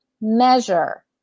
measure